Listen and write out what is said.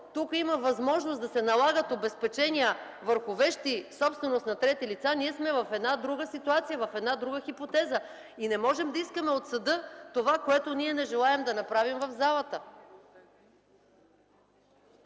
тук има възможност да се налагат обезпечения върху вещи, собственост на трети лица, ние сме в една друга ситуация, в една друга хипотеза. И не можем да искаме от съда това, което ние не желаем да направим в залата.